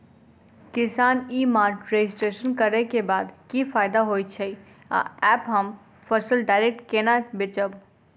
किसान e mart registration करै केँ बाद की फायदा होइ छै आ ऐप हम फसल डायरेक्ट केना बेचब?